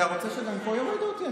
אתה רוצה שגם פה יורידו אותי?